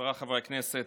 חבריי חברי הכנסת,